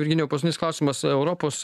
virginijau paskutinis klausimas europos